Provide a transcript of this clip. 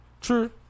true